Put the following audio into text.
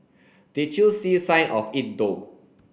did you see sign of it though